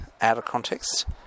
out-of-context